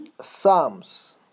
Psalms